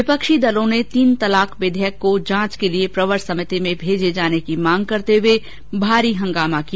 विपक्षी दलों ने तीन तलाक विधेयक को जांच के लिए प्रवार समिति में भेजे जाने की मांगकी और भारी हंगामा किया